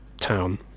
Town